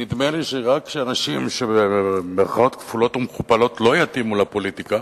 נדמה לי שרק עם אנשים שבמירכאות כפולות ומכופלות לא יתאימו לפוליטיקה,